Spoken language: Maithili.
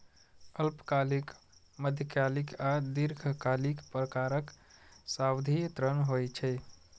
अल्पकालिक, मध्यकालिक आ दीर्घकालिक प्रकारक सावधि ऋण होइ छै